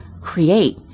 create